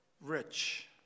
rich